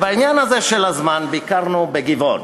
בעניין הזה של הזמן: ביקרנו ב"גבעון",